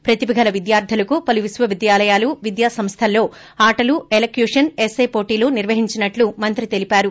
ప్రతిభ గల విద్యార్గులకు పలు విశ్వవిద్యాలయాలు విద్య సంస్థల్లో ఆటలు ఎలక్యూషన్ ఎస్పే హోటీలు నిర్వహించినట్లు మంత్రి తెలిపారు